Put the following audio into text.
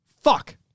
Fuck